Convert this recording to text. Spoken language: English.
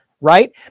right